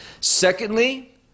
Secondly